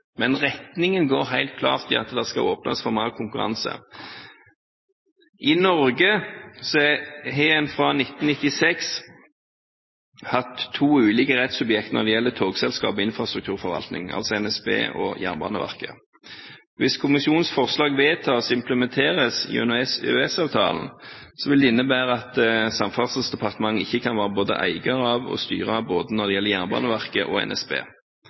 men det går helt klart i retning av at det skal åpnes for mer konkurranse. I Norge har en fra 1996 hatt to ulike rettssubjekt når det gjelder togselskap og infrastrukturforvaltning, altså NSB og Jernbaneverket. Hvis kommisjonens forslag vedtas og implementeres gjennom EØS-avtalen, vil det innebære at Samferdselsdepartementet ikke kan være både eier av og styre både Jernbaneverket og NSB. I tillegg vil NSB